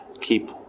keep